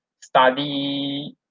study